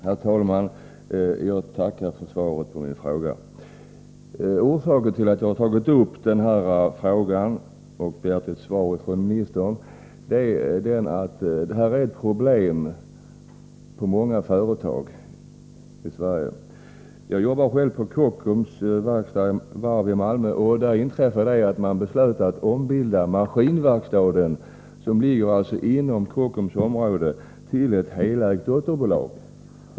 Herr talman! Jag tackar justitieministern för svaret på min fråga. Anledningen till att jag har ställt frågan är att detta är ett problem på många företag i Sverige. Jag jobbar själv på Kockums varv i Malmö. Där beslöt man att ombilda maskinverkstaden, som ligger inom Kockums område, till ett helägt dotterbolag.